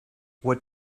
what